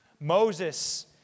Moses